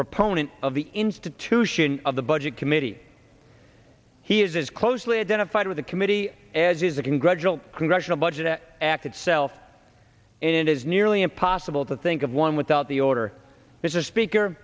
proponent of the institution of the budget committee he is as closely identified with the committee as is the congressional congressional budget act itself and it is nearly impossible to think of one without the older mr speaker